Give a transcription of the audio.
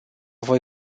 voi